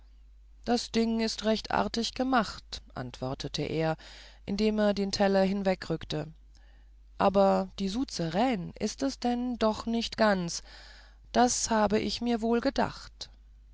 das ding ist recht artig gemacht antwortete er indem er den teller hinwegrückte aber die souzeraine ist es denn doch nicht ganz das habe ich mir wohl gedacht